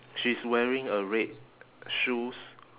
she's wearing a red shoes